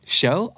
show